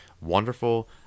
wonderful